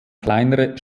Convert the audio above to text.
kleinere